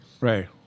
Right